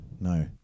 No